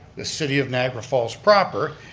the city of niagara falls proper,